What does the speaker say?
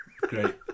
great